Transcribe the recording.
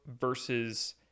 versus